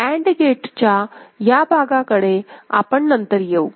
and गेटच्या या भागाकडे आपण नंतर येऊ